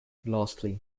lastly